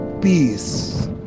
peace